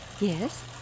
Yes